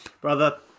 Brother